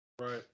Right